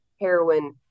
heroin